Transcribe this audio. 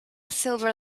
silver